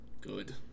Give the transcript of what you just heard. good